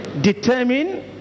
determine